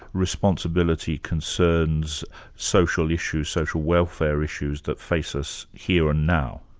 responsibility concerns social issues, social welfare issues that face us here and now?